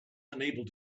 unable